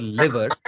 liver